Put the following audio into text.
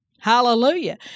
Hallelujah